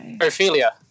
Ophelia